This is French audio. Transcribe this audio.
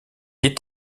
est